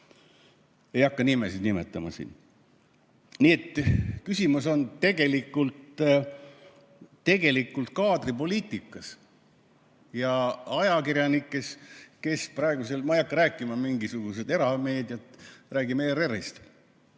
Ei hakka nimesid siin nimetama. Nii et küsimus on tegelikult kaadripoliitikas ja ajakirjanikes, kes praegu – ma ei hakka rääkima mingisugusest erameediast, räägime ERR‑ist